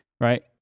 Right